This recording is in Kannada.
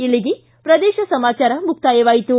ಇಲ್ಲಿಗೆ ಪ್ರದೇಶ ಸಮಾಚಾರ ಮುಕ್ತಾಯವಾಯಿತು